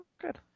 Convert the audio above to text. Good